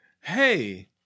hey